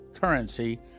currency